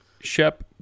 Shep